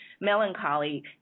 melancholy